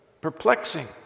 perplexing